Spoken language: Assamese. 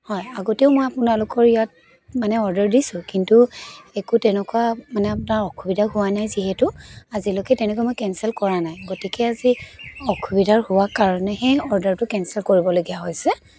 হয় আগতেও মই আপোনালোকৰ ইয়াত মানে অৰ্ডাৰ দিছোঁ কিন্তু একো তেনেকুৱা মানে আপোনাৰ অসুবিধা হোৱা নাই যিহেতু আজিলৈকে তেনেকৈ মই কেঞ্চেল কৰা নাই গতিকে আজি অসুবিধা হোৱাৰ কাৰণেহে অৰ্ডাৰটো কেঞ্চেল কৰিবলগীয়া হৈছে